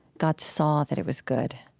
god saw that it was good.